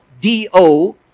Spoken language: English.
D-O